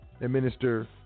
Administer